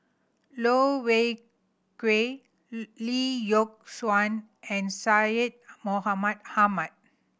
Loh Wei Kui Lee Yock Suan and Syed Mohamed Ahmed